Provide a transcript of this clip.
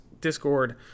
Discord